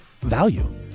value